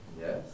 yes